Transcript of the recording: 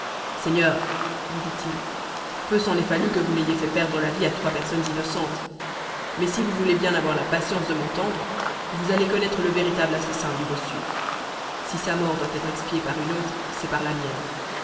seigneur lui dit-il peu s'en est fallu que vous n'ayez fait perdre la vie à trois personnes innocentes mais si vous voulez bien avoir la patience de m'entendre vous allez connaître le véritable assassin du bossu si sa mort doit être expiée par une autre c'est par la mienne